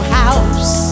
house